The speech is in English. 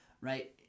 right